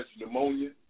pneumonia